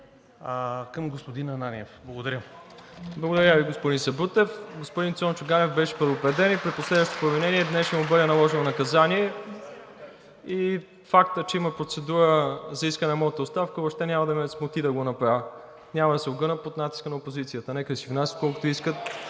МИРОСЛАВ ИВАНОВ: Благодаря Ви, господин Сабрутев. Господин Цончо Ганев беше предупреден и при последващото провинение днес ще му бъде наложено наказание. Фактът, че има процедура за моята оставка въобще няма да ме смути да го направя. Няма да се огъна под натиска на опозицията. Нека да си внасят колкото искат